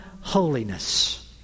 holiness